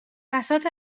بساط